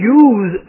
use